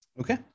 Okay